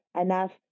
enough